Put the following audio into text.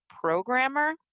programmer